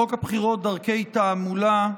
חוק הבחירות (דרכי תעמולה)